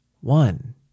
One